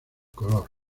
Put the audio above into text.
color